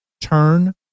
Turn